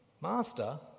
Master